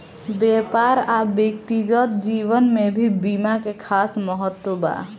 व्यापार आ व्यक्तिगत जीवन में भी बीमा के खास महत्व बा